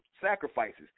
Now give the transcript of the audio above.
sacrifices